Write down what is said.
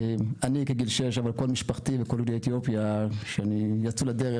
אני הייתי בגיל 6 אבל כל משפחתי וכל יהודי אתיופיה שיצאו לדרך,